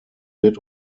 wird